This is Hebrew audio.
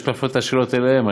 יש להפנות את השאלות אליהם.